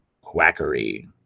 quackery